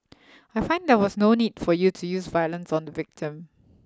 I find there was no need for you to use violence on the victim